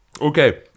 Okay